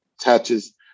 touches